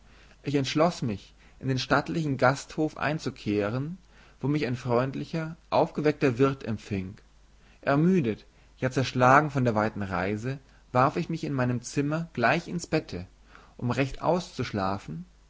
ich entschloß mich in den stattlichen gasthof einzukehren wo mich ein freundlicher aufgeweckter wirt empfing ermüdet ja zerschlagen von der weiten reise warf ich mich in meinem zimmer gleich ins bette um recht auszuschlafen